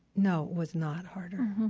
no, it was not harder.